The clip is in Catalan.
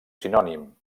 sinònim